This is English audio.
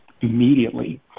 immediately